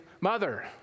mother